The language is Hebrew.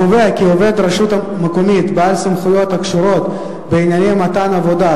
החוק קובע כי עובד רשות מקומית בעל סמכויות הקשורות בענייני מתן עבודה,